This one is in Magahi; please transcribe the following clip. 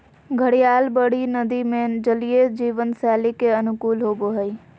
घड़ियाल बड़ी नदि में जलीय जीवन शैली के अनुकूल होबो हइ